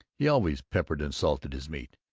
he always peppered and salted his meat,